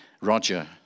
Roger